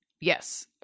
Yes